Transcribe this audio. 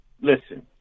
listen